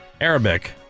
Arabic